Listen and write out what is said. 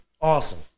awesome